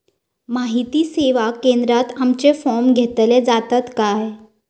माहिती सेवा केंद्रात आमचे फॉर्म घेतले जातात काय?